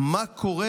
מה קורה,